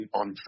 on